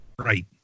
Right